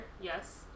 yes